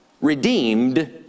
Redeemed